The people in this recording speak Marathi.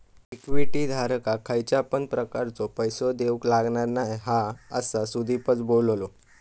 इक्विटी धारकाक खयच्या पण प्रकारचो पैसो देऊक लागणार नाय हा, असा सुदीपच बोललो